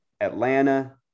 Atlanta